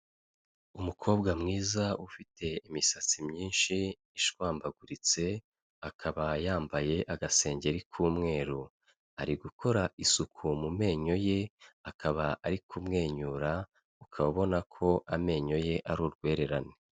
Umukobwa mwiza ufite imisatsi myinshi ishwambaguritse, akaba yambaye agasengeri k'umweru. Ari gukora isuku mu menyo ye, akaba ari kumwenyura, ukaba ubona ko amenyo ye ari urwererane.